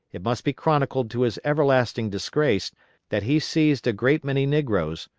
it must be chronicled to his everlasting disgrace that he seized a great many negroes,